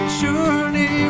surely